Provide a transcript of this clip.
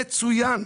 מצוין.